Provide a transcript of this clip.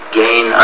gain